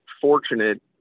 fortunate